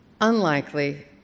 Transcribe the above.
unlikely